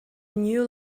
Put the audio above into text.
new